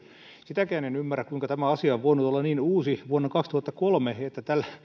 sitäkään en ymmärrä kuinka tämä asia on voinut olla niin uusi vuonna kaksituhattakolme että